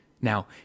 Now